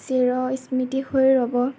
চিৰ স্মৃতি হৈ ৰ'ব